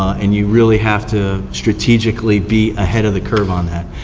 and you really have to strategically be ahead of the curve on that.